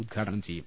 ഉൽഘാടനം ചെയ്യും